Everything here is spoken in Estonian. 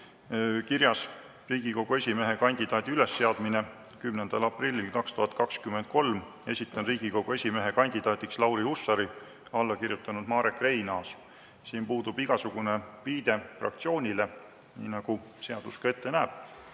kirjas Riigikogu esimehe kandidaadi ülesseadmine: "10. aprillil 2023. Esitan Riigikogu esimehe kandidaadiks Lauri Hussari." Alla kirjutanud Marek Reinaas. Siin puudub igasugune viide fraktsioonile. Nii nagu seadus ka ette näeb,